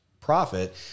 profit